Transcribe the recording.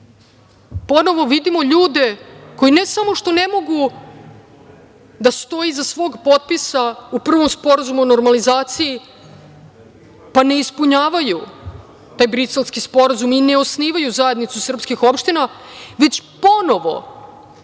Ponovo vidimo ljude koji ne samo što ne mogu da stoje iza svog potpisa u Prvom sporazumu o normalizaciji, pa ne ispunjavaju taj Briselski sporazum i ne osnivaju zajednicu srpskih opština, već ponovo,